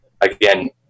again